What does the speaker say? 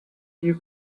you